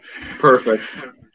Perfect